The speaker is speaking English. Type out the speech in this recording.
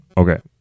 Okay